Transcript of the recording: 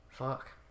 Fuck